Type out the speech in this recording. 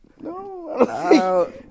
No